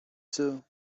two